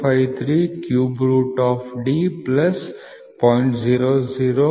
453 cube root D plus 0